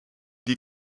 die